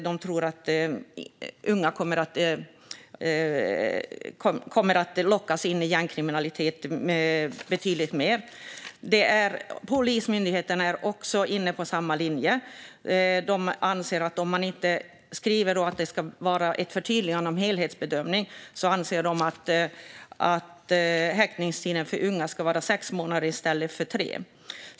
De tror att unga kommer att lockas in i gängkriminalitet betydligt mer. Polismyndigheten är inne på samma linje. De anser att om man inte skriver att det ska vara ett förtydligande om en helhetsbedömning anser de att häktningstiden för unga ska vara sex månader i stället för tre.